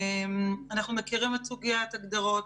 אנחנו מכירים את סוגיית הגדרות,